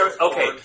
Okay